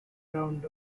around